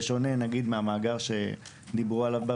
בשונה מהמאגר שדיברו עליו,